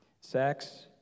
sex